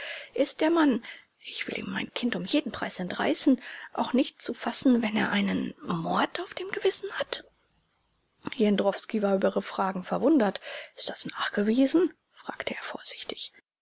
ist der mann ich will ihm mein kind um jeden preis entreißen auch nicht zu fassen wenn er einen mord auf dem gewissen hat jendrowski war über ihre fragen verwundert ist das nachgewiesen fragte er vorsichtig